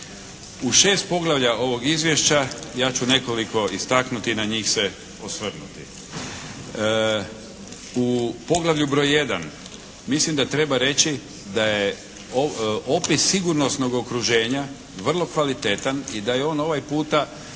U šesto poglavlja ovog izvješća ja ću nekoliko istaknu i na njih se osvrnuti. U poglavlju broj jedan mislim da treba reći da je opis sigurnosnog okruženja vrlo kvalitetan i da je on ovaj puta više